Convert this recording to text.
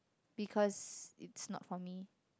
because it's not for me